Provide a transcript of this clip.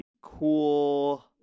cool